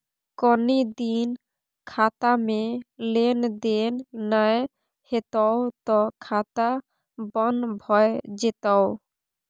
कनी दिन खातामे लेन देन नै हेतौ त खाता बन्न भए जेतौ